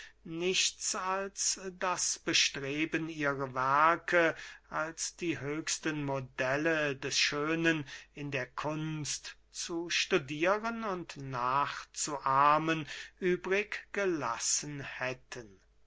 nichts als das bestreben ihre werke als die höchsten modelle des schönen in der kunst zu studieren und nachzuahmen übrig gelassen hätten